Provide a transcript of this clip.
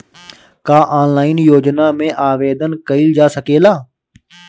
का ऑनलाइन योजना में आवेदन कईल जा सकेला?